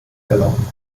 erlauben